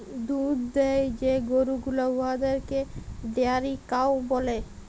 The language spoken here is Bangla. দুহুদ দেয় যে গরু গুলা উয়াদেরকে ডেয়ারি কাউ ব্যলে